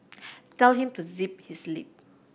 tell him to zip his lip